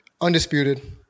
Undisputed